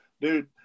dude